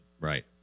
Right